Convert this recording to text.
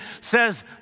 says